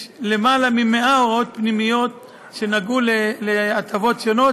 יש יותר מ-100 הוראות פנימיות שנגעו בהטבות שונות,